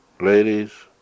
ladies